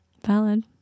Valid